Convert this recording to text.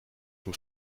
vom